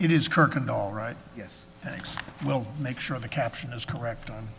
it is kirk and all right yes we'll make sure the caption is correct